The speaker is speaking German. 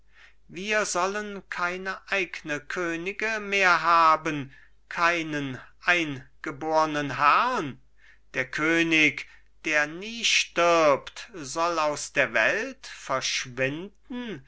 wir sollen keine eigne könige mehr haben keinen eingebornen herrn der könig der nie stirbt soll aus der welt verschwinden